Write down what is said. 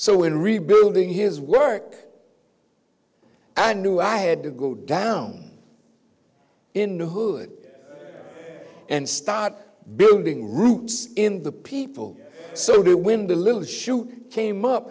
so in rebuilding his work and knew i had to go down in the hood and start building roots in the people so when the little shoe came up